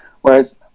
Whereas